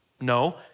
No